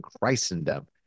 Christendom